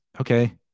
Okay